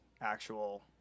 actual